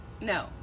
No